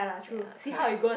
ya correct